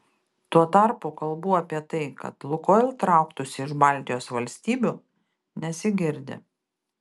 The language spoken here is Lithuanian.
tuo tarpu kalbų apie tai kad lukoil trauktųsi iš baltijos valstybių nesigirdi